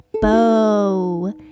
Bow